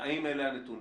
האם אלה הנתונים?